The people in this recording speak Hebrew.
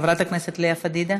חברת הכנסת לאה פדידה,